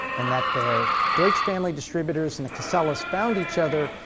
and that the deutsch family distributors and the casellas found each other,